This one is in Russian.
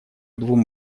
двум